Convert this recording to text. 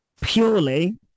purely